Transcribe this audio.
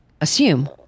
assume